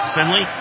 Finley